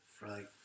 Right